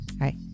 right